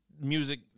Music